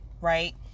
right